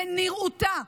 בנראותה,